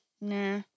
Nah